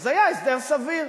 אז היה הסדר סביר,